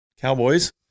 cowboys